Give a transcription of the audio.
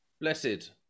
blessed